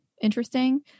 interesting